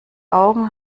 augen